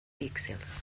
píxels